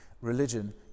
religion